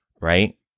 right